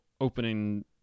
opening